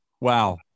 Wow